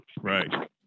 Right